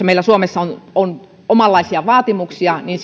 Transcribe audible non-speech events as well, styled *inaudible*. *unintelligible* meillä suomessa on omanlaisia vaatimuksia niin *unintelligible*